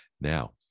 Now